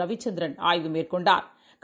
ரவிச்சந்திரன் ஆய்வு மேற்கொண்டாா்